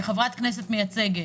כחברת כנסת מייצגת,